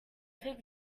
fig